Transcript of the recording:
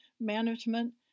management